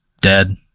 dead